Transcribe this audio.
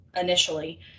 initially